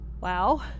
Wow